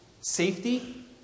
safety